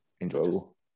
enjoyable